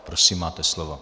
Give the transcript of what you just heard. Prosím, máte slovo.